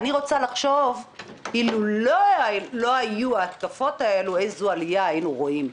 אני רוצה לחשוב אילולא היו ההתקפות האלה איזו עלייה היינו רואים.